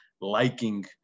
liking